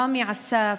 ראמי עסאף,